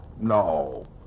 No